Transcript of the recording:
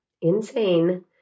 insane